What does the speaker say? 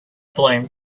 blown